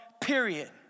period